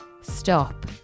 stop